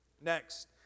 Next